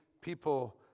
people